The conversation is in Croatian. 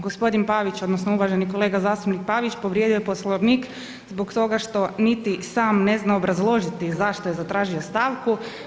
Gospodin Pavić odnosno uvaženi kolega zastupnik povrijedio je Poslovnik zbog toga što niti sam ne zna obrazložiti zašto je tražio stanku.